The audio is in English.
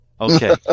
Okay